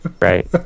Right